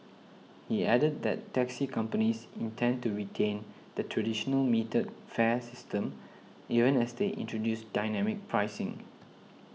he added that taxi companies intend to retain the traditional metered fare system even as they introduce dynamic pricing